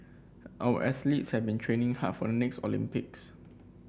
our athletes have been training hard for the next Olympics